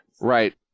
Right